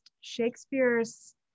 Shakespeare's